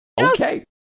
Okay